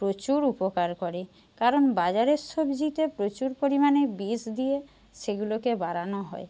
প্রচুর উপকার করে কারণ বাজারের সবজিতে প্রচুর পরিমাণে বিষ দিয়ে সেগুলোকে বাড়ানো হয়